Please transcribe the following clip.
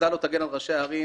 כדי להציל את חייהם.